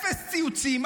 אפס ציוצים,